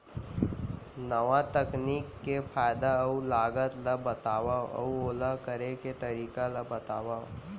नवा तकनीक के फायदा अऊ लागत ला बतावव अऊ ओला करे के तरीका ला बतावव?